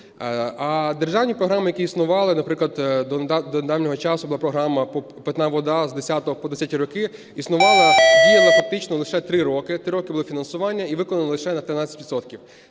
А державні програми, які існували, наприклад, до недавнього часу була програма "Питна вода" з десятого по десяті роки, існувала, діяла фактично лише три роки. Три роки було фінансування і виконали лише на 13